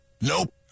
Nope